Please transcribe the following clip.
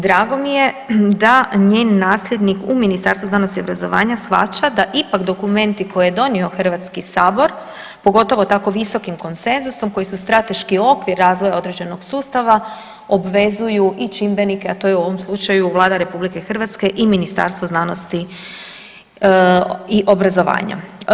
Drago mi je da njen nasljednik u Ministarstvu znanosti i obrazovanja shvaća da ipak dokumenti koje je donio HS, pogotovo tako visokim konsenzusom koji su strateški okvir razvoja određenog sustava obvezuju i čimbenike, a to je u ovom slučaju Vlada RH i Ministarstvo znanosti i obrazovanja.